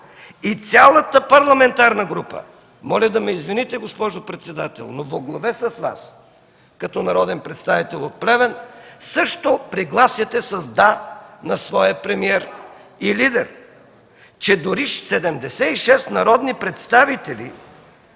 и цялата парламентарна група, моля да ме извините, госпожо председател, но воглаве с Вас като народен представител от Плевен, също пригласяте с „да” на своя премиер и лидер. Дори 76 народни представители